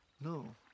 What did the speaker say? no